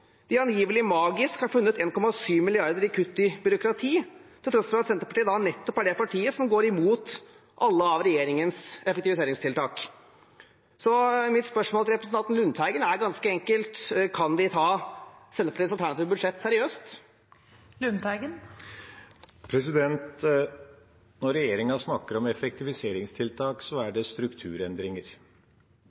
de angivelig magisk har funnet 1,7 mrd. kr til kutt i byråkrati, på tross av at Senterpartiet er nettopp det partiet som går imot alle regjeringens effektiviseringstiltak. Så mitt spørsmål til representanten Lundteigen er ganske enkelt: Kan vi ta Senterpartiets alternative budsjett seriøst? Når regjeringa snakker om effektiviseringstiltak, så er det strukturendringer.